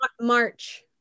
March